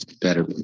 better